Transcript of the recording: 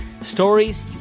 Stories